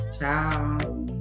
ciao